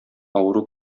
авыру